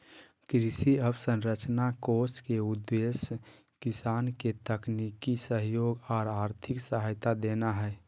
कृषि अवसंरचना कोष के उद्देश्य किसान के तकनीकी सहयोग आर आर्थिक सहायता देना हई